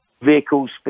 vehicles